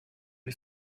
les